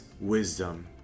wisdom